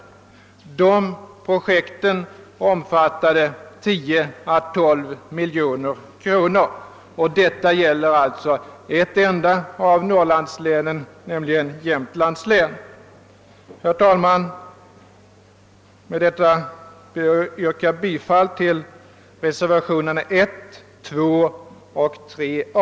Dessa projekt omfattade 10 å 12 miljoner kronor och gällde alltså ett enda av norrlandslänen, nämligen Jämtlands län. Herr talman! Med detta ber jag att få yrka bifall till reservationerna 1, 2 och 3 a.